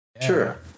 Sure